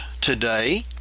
today